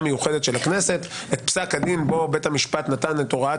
מיוחדת של הכנסת את פסק הדין בו בית המשפט נתן את הוראת